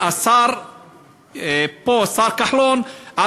השר כחלון,